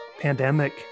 pandemic